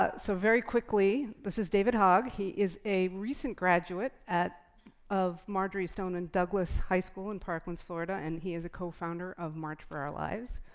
ah so very quickly, this is david hogg. he is a recent graduate of marjory stoneman douglas high school in parkland, florida, and he is a co-founder of march for our lives.